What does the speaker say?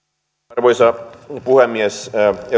arvoisa puhemies euroopan